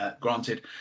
Granted